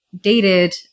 dated